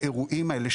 האירועים האלה,